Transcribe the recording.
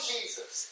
Jesus